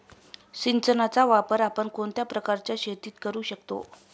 सिंचनाचा वापर आपण कोणत्या प्रकारच्या शेतीत करू शकतो?